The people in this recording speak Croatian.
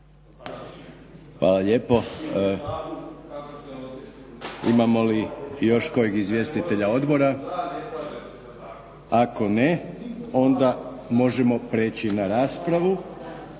razumije./… Imamo li još kojeg izvjestitelja odbora? Ako ne, onda možemo preći na raspravu.